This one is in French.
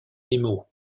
nemo